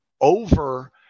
Over